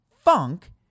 funk